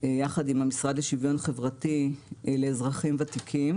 יחד עם המשרד לשוויון חברתי, לאזרחים ותיקים